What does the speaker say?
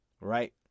Right